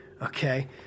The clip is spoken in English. okay